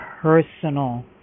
personal